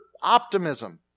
optimism